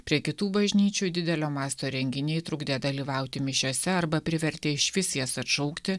prie kitų bažnyčių didelio masto renginiai trukdė dalyvauti mišiose arba privertė išvis jas atšaukti